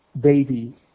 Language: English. baby